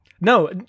No